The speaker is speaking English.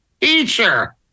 Teacher